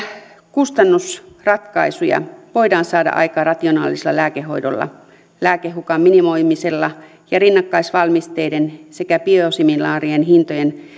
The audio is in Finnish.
kustannusratkaisuja voidaan saada aikaan rationaalisella lääkehoidolla lääkehukan minimoimisella ja rinnakkaisvalmisteiden sekä biosimilaarien hintoja